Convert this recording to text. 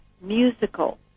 Musical